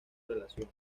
relación